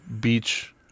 beach